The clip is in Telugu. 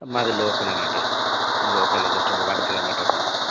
మాది లోకలేనండి లోకలే జస్ట్ ఒక వన్ కిలోమీటర్ ఉంటూ